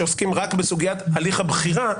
כשעוסקים רק בסוגיית הליך הבחירה,